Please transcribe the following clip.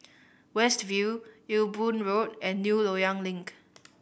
West View Ewe Boon Road and New Loyang Link